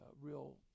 real